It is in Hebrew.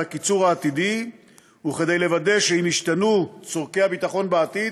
הקיצור העתידי וכדי לוודא שאם ישתנו צורכי הביטחון בעתיד,